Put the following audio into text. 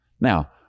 Now